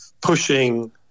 pushing